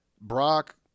Brock